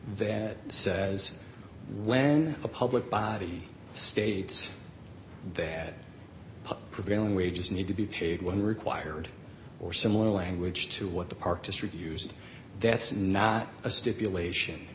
that says when a public body states they had prevailing wages need to be paid when required or similar language to what the park district used that's not a stipulation